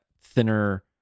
thinner